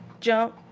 jump